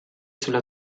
sulla